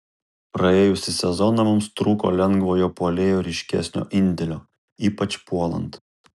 praėjusį sezoną mums trūko lengvojo puolėjo ryškesnio indėlio ypač puolant